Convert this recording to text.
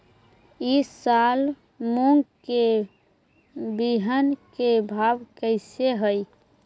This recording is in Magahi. ई साल मूंग के बिहन के भाव कैसे हई?